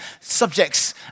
subjects